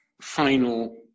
final